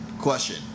Question